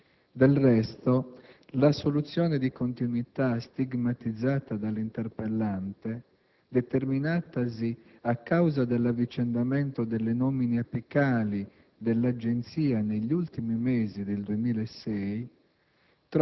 Del resto, la soluzione di continuità stigmatizzata dall'interpellante, determinatasi a causa dell'avvicendamento delle nomine apicali dell'Agenzia negli ultimi mesi del 2006,